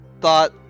thought